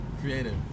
creative